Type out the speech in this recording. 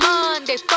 Monday